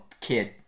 kid